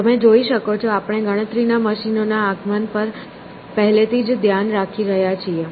તમે જોઈ શકો છો આપણે ગણતરીના મશીનોના આગમન પર પહેલેથી જ ધ્યાન રાખી રહ્યા છીએ